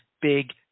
big